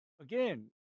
again